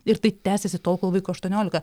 ir tai tęsiasi tol kol vaikui aštuoniolika